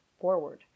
forward